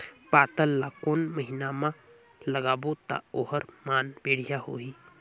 पातल ला कोन महीना मा लगाबो ता ओहार मान बेडिया होही?